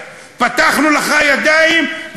פתחנו לך ידיים,